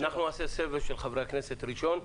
אנחנו נעשה סבב של חברי הכנסת ראשון,